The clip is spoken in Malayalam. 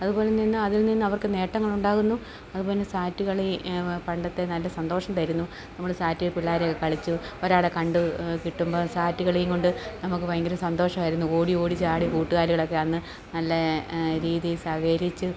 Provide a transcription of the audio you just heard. അതുപോലെതന്നെ അതിൽ നിന്ന് അവർക്ക് നേട്ടങ്ങളുണ്ടാകുന്നു അതുപോലെതന്നെ സാറ്റ് കളി പണ്ടത്തെ നല്ല സന്തോഷം തരുന്നു നമ്മൾ സാറ്റ് പിള്ളാരെയൊക്കെ കളിച്ച് ഒരാളെ കണ്ട് കിട്ടുമ്പോൾ സാറ്റ് കളിയും കൊണ്ട് നമുക്ക് ഭയങ്കര സന്തോഷമായിരുന്നു ഓടിയോടി ചാടി കൂട്ടുകാരികളെയെക്കെ അന്ന് നല്ല രീതിയിൽ സഹകരിച്ച്